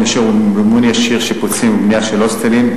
ישיר ובמימון ישיר שיפוצים ובנייה של הוסטלים,